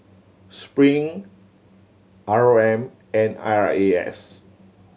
Spring R O M and I R A S